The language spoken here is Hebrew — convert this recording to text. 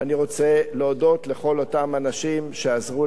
ואני רוצה להודות לכל אותם אנשים שעזרו